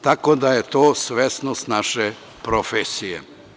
Tako da je to, svesnost naše profesije.